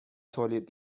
تولید